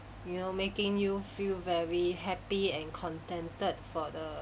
you know making you feel very happy and contented for the